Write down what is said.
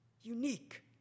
unique